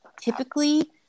typically